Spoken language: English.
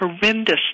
horrendous